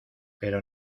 pero